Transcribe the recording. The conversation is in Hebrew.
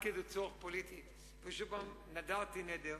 40 דקות,